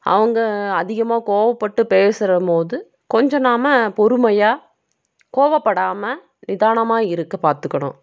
அவங்க அதிகமாக கோவப்பட்டு பேசுறம்போது கொஞ்சம் நாம் பொறுமையாக கோவப்படாமல் நிதானமாக இருக்க பார்த்துக்கணும்